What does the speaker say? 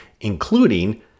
including